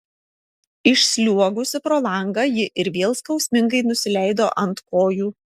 išsliuogusi pro langą ji ir vėl skausmingai nusileido ant kojų